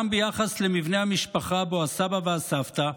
גם ביחס למבנה המשפחה שבו הסבא והסבתא,